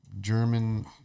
German